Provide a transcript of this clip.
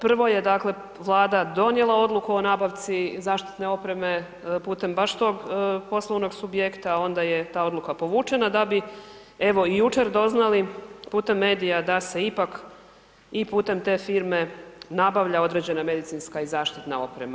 Prvo je dakle Vlada donijela odluku o nabavci zaštitne opreme putem baš tog poslovnog subjekta, onda je ta odluka povučena da bi evo i jučer doznali putem medija da se ipak i putem te firme nabavlja određena medicinska i zaštitna oprema.